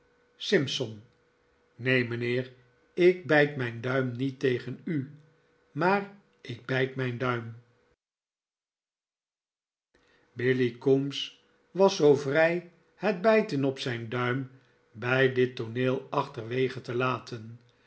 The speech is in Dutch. simson eeen mijnheer ik bijt mijn duim niet tegen u maar ik bijt mijn duim billy coombes was zoo vrij het bijten op zijn duim by dit tooneel achterwege te laten